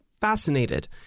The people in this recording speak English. fascinated